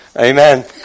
Amen